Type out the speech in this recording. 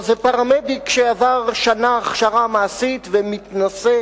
או זה פרמדיק, שעבר שנה הכשרה מעשית ומתנסה